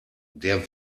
der